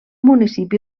municipi